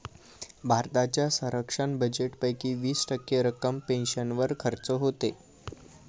भारताच्या संरक्षण बजेटपैकी वीस टक्के रक्कम पेन्शनवर खर्च होते